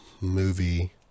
movie